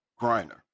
Griner